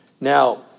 Now